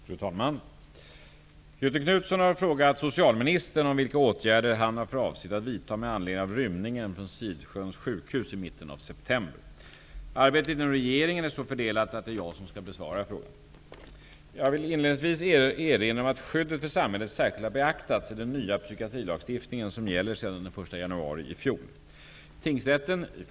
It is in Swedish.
Fru talman! Göthe Knutson har frågat socialministern om vilka åtgärder han har för avsikt att vidta med anledning av rymningen från Sidsjöns sjukhus i mitten av september. Arbetet inom regeringen är så fördelat att det är jag som skall besvara frågan. Jag skulle inledningsvis vilja erinra om att skyddet för samhället särskilt har beaktats i den nya psykiatrilagstiftning som gäller sedan den 1 januari 1992.